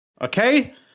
okay